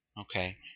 okay